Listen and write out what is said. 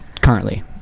currently